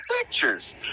pictures